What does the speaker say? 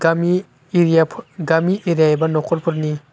गामि एरिया गामि एरिया एबा न'खरफोरनि